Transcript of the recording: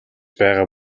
байгаа